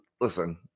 Listen